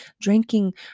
drinking